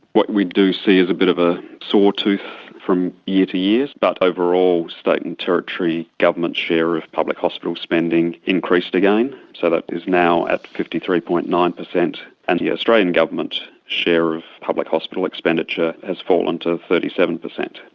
what we do see is a bit of a sawtooth from year to year, but overall state and territory government share of public hospital spending increased again. so that is now at fifty three. nine percent, and the australian government share of public hospital expenditure has fallen to thirty seven percent.